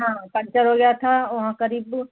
हाँ पंचर हो गया था वहाँ क़रीब